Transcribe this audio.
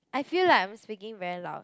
I feel like I'm speaking very loud